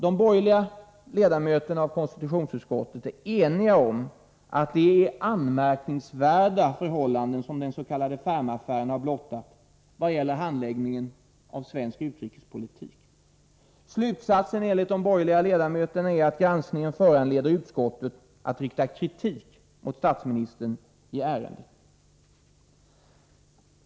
De borgerliga ledamöterna i konstitutionsutskottet är eniga om att det är anmärkningsvärda förhållanden som den s.k. Fermaffären har blottat vad gäller handläggningen av svensk utrikespolitik. Slutsatsen enligt de borgerliga ledamöterna är att granskningen föranleder utskottet att rikta kritik mot statsministern i ärendet.